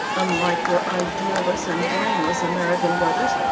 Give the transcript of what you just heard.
unlike your idealless and brainless american brothers,